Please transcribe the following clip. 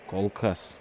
kol kas